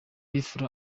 fla